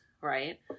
right